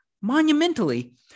monumentally